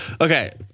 Okay